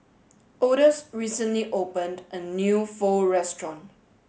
Odus recently opened a new Pho restaurant